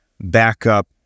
backup